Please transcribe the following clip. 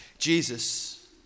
Jesus